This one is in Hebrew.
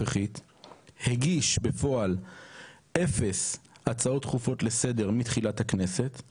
הגיוני וטבעי שתמצה וזה מתבקש את הכלים הפרלמנטריים